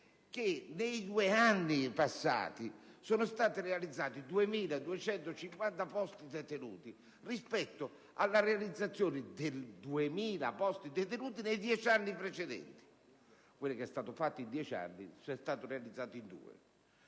che nei due anni trascorsi sono stati realizzati 2.250 posti detenuti rispetto alla realizzazione di 2.000 posti detenuti nei dieci anni precedenti: quindi, quello che è stato fatto in dieci anni è stato realizzato in due.